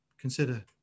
consider